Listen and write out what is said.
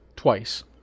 Twice